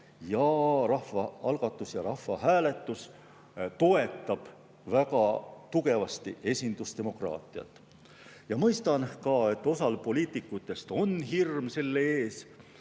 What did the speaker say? rahvaalgatused ja rahvahääletused toetavad väga tugevasti esindusdemokraatiat. Ma mõistan, et osal poliitikutest on selle ees